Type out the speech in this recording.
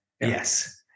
Yes